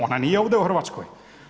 Ona nije ovdje u Hrvatskoj.